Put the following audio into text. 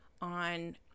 on